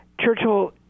Churchill